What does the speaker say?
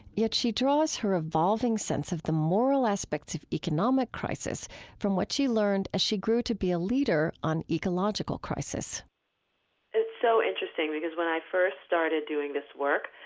yet she draws her evolving sense of the moral aspects of economic crisis from what she learned as she grew to be a leader on ecological crisis it's so interesting because, when i first started doing this work,